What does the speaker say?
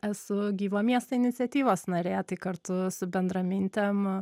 esu gyvo miesto iniciatyvos narė tai kartu su bendramintėm